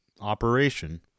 operation